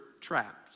trapped